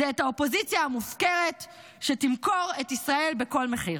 את האופוזיציה המופקרת שתמכור את ישראל בכל מחיר.